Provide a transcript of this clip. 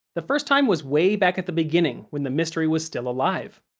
the first time was way back at the beginning when the mystery was still alive.